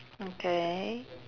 okay